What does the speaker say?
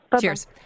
Cheers